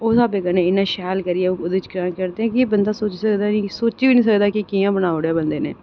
उस स्हाबै कन्नै इन्ना शैल करियै ते एह् बंदा सोची बी निं सकदा कि कि'यां बनाई ओड़ेआ बंदे नै